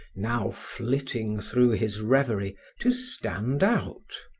now flitting through his revery, to stand out.